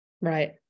Right